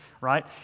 right